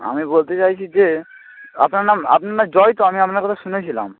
আমি বলতে চাইছি যে আপনার নাম আপনার নাম জয় তো আমি আপনার কথা শুনেছিলাম